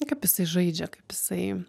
kaip jisai žaidžia kaip jisai